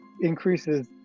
increases